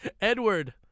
Edward